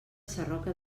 sarroca